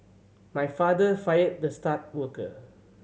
my father fired the star worker